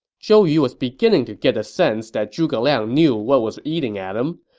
zhou yu was beginning to get the sense that zhuge liang knew what was eating at him,